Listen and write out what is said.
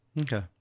Okay